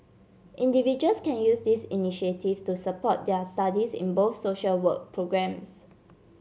individuals can use these initiatives to support their studies in both social work programmes